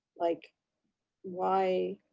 like why